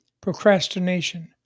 procrastination